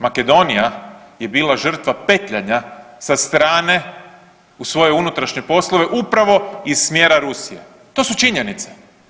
Makedonija je bila žrtva petljana sa strane u svoje unutrašnje poslove upravo iz smjera Rusije, to su činjenice.